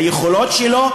היכולות שלו,